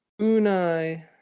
Unai